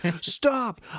stop